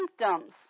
symptoms